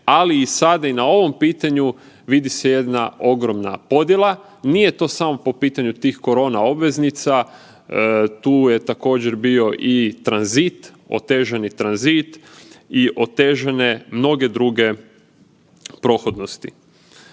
ali i sada i na ovom pitanju vidi se jedna ogromna podjela. Nije to samo po pitanju tih korona obveznica tu je također bio i tranzit, otežani tranzit i otežane mnoge druge prohodnosti.